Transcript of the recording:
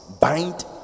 Bind